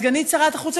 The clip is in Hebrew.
סגנית שר החוץ,